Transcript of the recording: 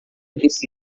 disse